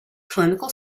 clinical